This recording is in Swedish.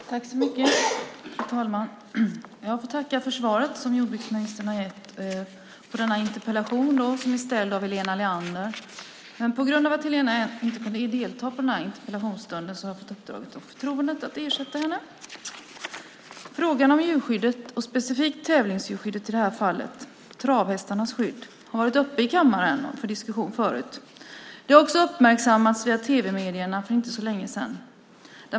Fru talman! Jag får tacka för svaret som jordbruksministern har gett på denna interpellation som är ställd av Helena Leander. På grund av att Helena inte kunde delta i den här interpellationsdebatten har jag fått förtroendet att ersätta henne. Frågan om djurskyddet, specifikt tävlingsdjurskyddet, i det här fallet travhästarnas skydd, har varit uppe i kammaren för diskussion förut. Det har också uppmärksammats via tv-medierna för inte så länge sedan.